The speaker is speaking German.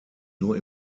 nur